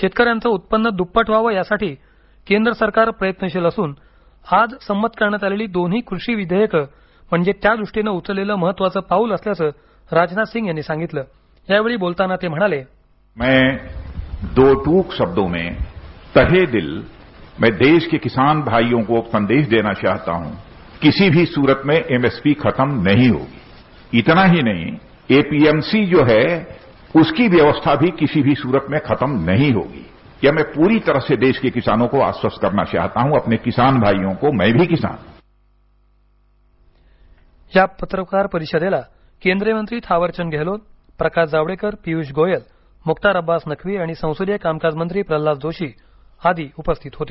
शेतकऱ्यांचं उत्पन्न दुप्पट व्हावं यासाठी केंद्र सरकार प्रयत्नशील असून आज संमत करण्यात आलेली दोन्ही कृषी विधेयकं म्हणजे त्यादृष्टीनं उचललेलं महत्त्वाचं पाऊल असल्याचं राजनाथ सिंह म्हणाले ध्वनी मै दो टुक शब्दो में तहे दिल मै देश के किसान भाईयो को संदेश देना चाहता हुं किसी भी सुरत में एमएसपी खतम नही होगी इतना हि नही एपीएमसी जो है उसकी व्यवस्था भी किसी भी सुरत में खतम नही होगी यह मै पुरी तरह से देश के किसानो को आश्वस्थ करना चाहता हुं मै भी किसान हुं या पत्रकार परिषदेला केंद्रीय मंत्री थावरचंद गेहेलोत प्रकाश जावडेकर पियुष गोयल मुख्तार अब्बास नक्वी आणि संसदीय कामकाज मंत्री प्रल्हाद जोशी आदी उपस्थित होते